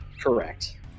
correct